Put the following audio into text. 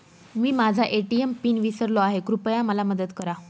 मी माझा ATM PIN विसरलो आहे, कृपया मला मदत करा